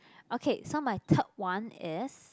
okay so my third one is